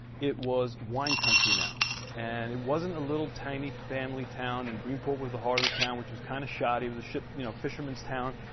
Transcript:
it was wine country now and it wasn't a little tiny family town. and greenport was the heart of the town which was kind of shoddy. it was a ship you know fisherman's town.